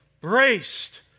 Braced